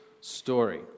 story